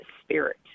spirit